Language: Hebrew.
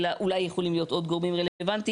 אלא אולי יכולים להיות עוד גורמים רלוונטיים.